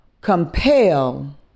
compel